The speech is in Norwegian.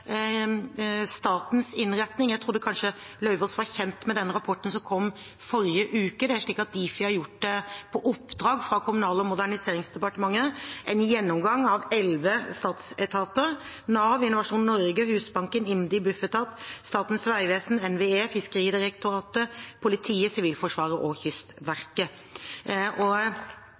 statens innretning. Jeg trodde kanskje Lauvås var kjent med den rapporten som kom forrige uke. Difi har på oppdrag fra Kommunal- og moderniseringsdepartementet gjort en gjennomgang av elleve statsetater: Nav, Innovasjon Norge, Husbanken, IMDi, Bufetat, Statens vegvesen, NVE, Fiskeridirektoratet, politiet, Sivilforsvaret og Kystverket. Det er tre tematiske gjennomganger. Rapporten ble lagt ut på nett, og